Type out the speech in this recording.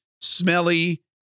smelly